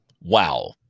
Wow